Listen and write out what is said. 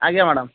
ଆଜ୍ଞା ମ୍ୟାଡ଼ାମ୍